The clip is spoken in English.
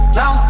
now